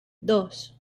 dos